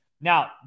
Now